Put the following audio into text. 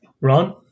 Ron